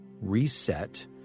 reset